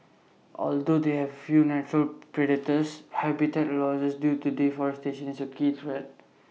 although they have few natural predators habitat losses due to deforestation is A key threat